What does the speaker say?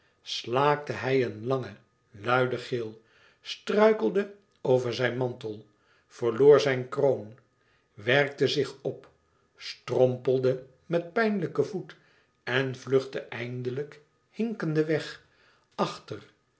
slaakte hij een langen luiden gil struikelde over zijn mantel verloor zijn kroon werkte zich op strompelde met pijnlijken voet en vluchtte eindelijk hinkende weg achter